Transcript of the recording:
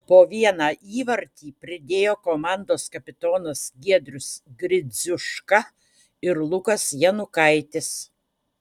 po vieną įvartį pridėjo komandos kapitonas giedrius gridziuška ir lukas janukaitis